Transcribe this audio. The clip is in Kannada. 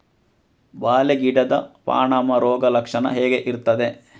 ಬಾಳೆ ಗಿಡದ ಪಾನಮ ರೋಗ ಲಕ್ಷಣ ಹೇಗೆ ಇರ್ತದೆ?